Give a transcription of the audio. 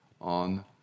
on